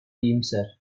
iyimser